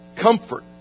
comfort